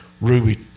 Ruby